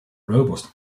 robust